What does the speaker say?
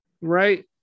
right